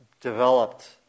developed